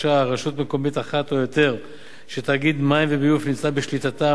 מקומית אחת או יותר שתאגיד מים וביוב נמצא בשליטתה המלאה